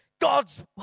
God's